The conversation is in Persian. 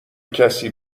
کسی